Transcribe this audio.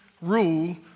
rule